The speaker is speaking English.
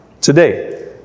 today